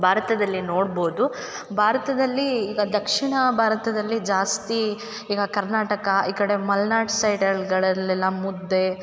ಭಾರತದಲ್ಲಿ ನೋಡ್ಬೋದು ಭಾರತದಲ್ಲಿ ಈಗ ದಕ್ಷಿಣ ಭಾರತದಲ್ಲಿ ಜಾಸ್ತಿ ಈಗ ಕರ್ನಾಟಕ ಈ ಕಡೆ ಮಲ್ನಾಡ್ ಸೈಡಲ್ಗಳಲೆಲ್ಲ ಮುದ್ದೆ